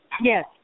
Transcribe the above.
Yes